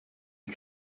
est